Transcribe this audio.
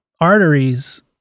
arteries